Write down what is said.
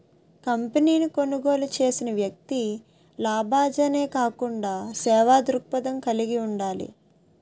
కంపెనీని కొనుగోలు చేసిన వ్యక్తి లాభాజనే కాకుండా సేవా దృక్పథం కలిగి ఉండాలి